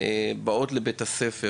מתלווים להליכה לבית הספר